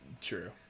True